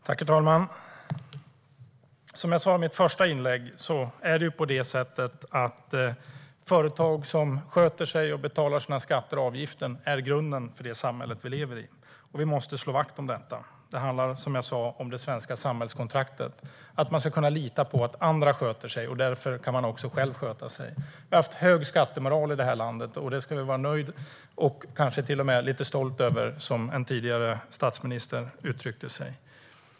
Herr talman! Som jag sa i mitt första inlägg är det på det sättet att företag som sköter sig och betalar sina skatter och avgifter är grunden för det samhälle vi lever i. Vi måste slå vakt om detta. Det handlar, som jag sa, om det svenska samhällskontraktet. Man ska kunna lita på att andra sköter sig och att man därför också själv kan sköta sig. Vi har haft en hög skattemoral i det här landet, och det ska vi vara nöjda och kanske till och med lite stolta över, som en tidigare statsminister uttryckte sig.